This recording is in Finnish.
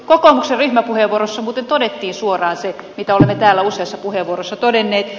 kokoomuksen ryhmäpuheenvuorossa muuten todettiin suoraan se mitä olemme täällä useassa puheenvuorossa todenneet